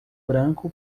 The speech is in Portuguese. branco